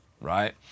right